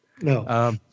No